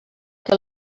que